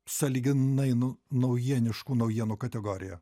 sąlyginai nu naujieniškų naujienų kategoriją